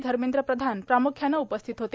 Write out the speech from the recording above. धर्मेंद्र प्रधान प्रामुख्यान उपसास्थित होते